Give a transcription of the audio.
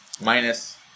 minus